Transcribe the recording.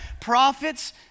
prophets